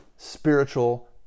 spiritual